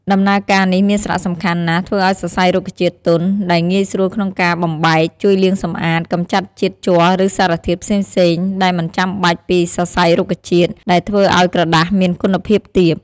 ដំណើរការនេះមានសារៈសំខាន់ណាស់ធ្វើឱ្យសរសៃរុក្ខជាតិទន់ ដែលងាយស្រួលក្នុងការបំបែក ជួយលាងសម្អាត កម្ចាត់ជាតិជ័រឬសារធាតុផ្សេងៗដែលមិនចាំបាច់ចេញពីសរសៃរុក្ខជាតិ ដែលធ្វើឱ្យក្រដាសមានគុណភាពទាប។